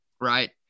right